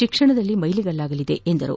ಶಿಕ್ಷಣದಲ್ಲಿ ಮೈಲಿಗಲ್ಲಾಗಲಿದೆ ಎಂದರು